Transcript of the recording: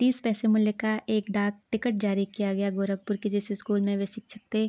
तीस पैसे मूल्य का एक डाक टिकट जारी किया गया गोरखपुर के जिस इस्कूल में वे शिक्षक थे